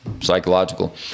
psychological